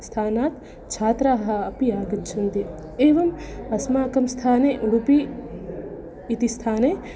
स्थानात् छात्राः अपि आगच्छन्ति एवम् अस्माकं स्थाने उडुपि इति स्थाने